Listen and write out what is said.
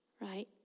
right